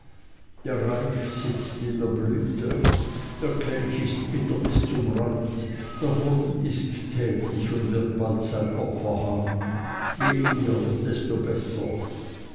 der reif sitzt in der blüte der kelch ist bitter bis zum rand der wurm ist tätig und wird bald sein opfer haben je eher desto besser